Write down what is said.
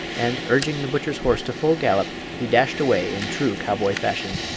and, urging the butcher's horse to full gallop, he dashed away in true cowboy fashion.